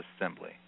assembly